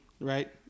right